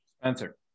Spencer